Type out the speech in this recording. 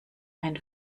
ein